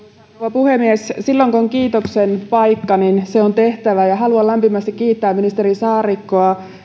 puhemies silloin kun on kiitoksen paikka niin se on tehtävä ja haluan lämpimästi kiittää ministeri saarikkoa